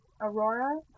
aurora